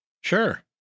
Sure